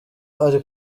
ari